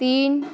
तीन